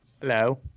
Hello